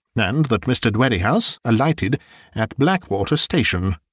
and that mr. dwerrihouse alighted at blackwater station.